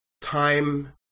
time